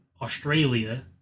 australia